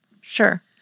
Sure